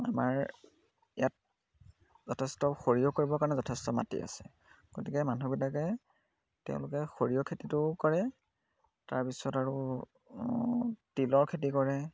আমাৰ ইয়াত যথেষ্ট সৰিয়হ কৰিবৰ কাৰণে যথেষ্ট মাটি আছে গতিকে মানুহবিলাকে তেওঁলোকে সৰিয়হ খেতিটোও কৰে তাৰপিছত আৰু তিলৰ খেতি কৰে